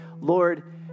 Lord